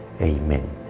Amen